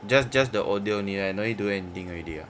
just just the audio only right no need do anything already ah